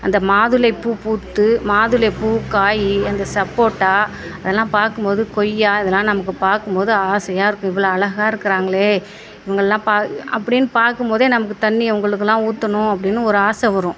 அந்த மாதுளை பூ பூத்து மாதுளை பூ காய் அந்த சப்போட்டா அதெல்லாம் பார்க்கும் போது கொய்யா இதெல்லாம் நமக்கு பார்க்கும் போது ஆசையாக இருக்கு இவ்வளோ அழகாக இருக்கிறாங்களே இவங்கெல்லாம் பா அப்படினு பார்க்கும் போதே நமக்கு தண்ணி அவங்களுக்கெல்லாம் ஊற்றனம் அப்படினு ஒரு ஆசை வரும்